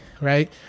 right